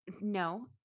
no